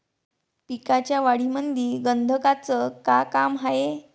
पिकाच्या वाढीमंदी गंधकाचं का काम हाये?